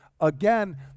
Again